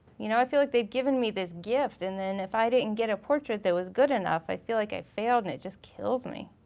you know i feel like they've given me this gift and then if i didn't get a portrait that was good enough i feel like i failed and it just kills me.